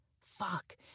Fuck